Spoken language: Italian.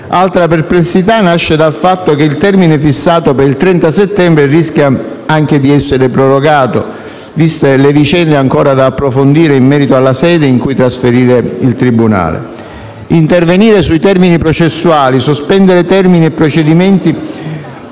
Altra perplessità nasce dal fatto che il termine fissato per il 30 settembre rischia anche di essere prorogato, viste le vicende ancora da approfondire in merito alla sede in cui trasferire il tribunale. Intervenire sui termini processuali, sospendere termini e procedimenti